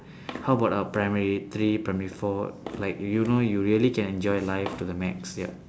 how about uh primary three primary four like you know you really can enjoy life to the max ya